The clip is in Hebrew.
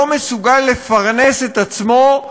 לא מסוגל לפרנס את עצמו,